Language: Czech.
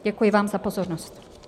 Děkuji vám za pozornost.